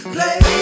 Play